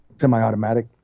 semi-automatic